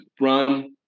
run